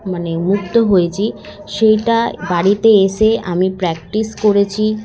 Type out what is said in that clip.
মানে মুগ্ধ হয়েছি সেইটা বাড়িতে এসে আমি প্র্যাকটিস করেছি